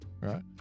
Right